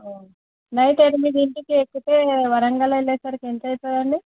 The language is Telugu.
నైట్ ఎనిమిదింటికి ఎక్కితే వరంగల్ వెళ్ళేసరికి ఎంత అవుతుందండి